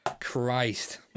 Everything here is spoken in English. Christ